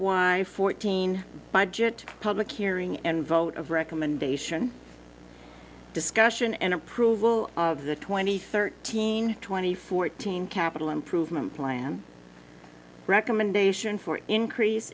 f y fourteen budget public hearing and vote of recommendation discussion and approval of the twenty thirteen twenty fourteen capital improvement plan recommendation for increase